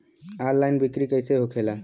Online बिक्री कैसे होखेला?